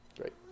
Great